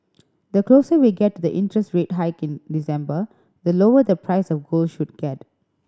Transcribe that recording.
the closer we get to the interest rate hike in December the lower the price of gold should get